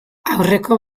aurreko